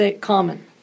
common